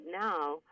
now